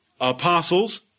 apostles